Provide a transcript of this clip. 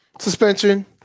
Suspension